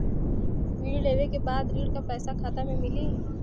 ऋण लेवे के बाद ऋण का पैसा खाता में मिली?